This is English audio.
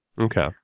Okay